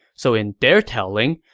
so in their telling,